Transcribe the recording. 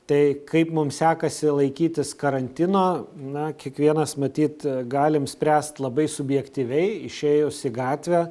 tai kaip mums sekasi laikytis karantino na kiekvienas matyt galim spręst labai subjektyviai išėjus į gatvę